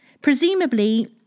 Presumably